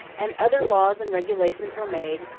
and other laws and regulations were made,